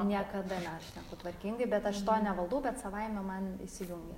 niekda nešneku tvarkingai bet aš to nevaldau bet savaime man įsijungia